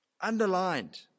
Underlined